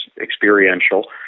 experiential